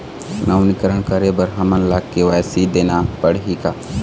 नवीनीकरण करे बर हमन ला के.वाई.सी देना पड़ही का?